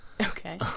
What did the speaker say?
Okay